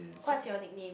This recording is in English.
what's your nickname